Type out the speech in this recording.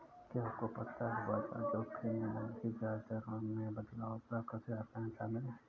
क्या आपको पता है बाजार जोखिम में मंदी, ब्याज दरों में बदलाव, प्राकृतिक आपदाएं शामिल हैं?